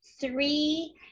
three